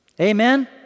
Amen